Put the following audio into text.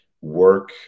work